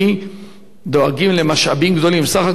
סך הכול, אם אני לוקח רק את הנושא של התזונה,